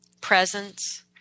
Presence